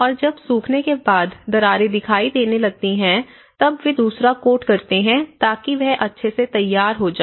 और जब सूखने के बाद दरारे दिखाई देने लगती हैं तब वे दूसरा कोट करते हैं ताकि वह अच्छे से तैयार हो जाए